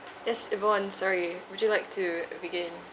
yes yvonne sorry would you like to begin